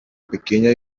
pequeña